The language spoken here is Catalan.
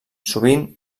sovint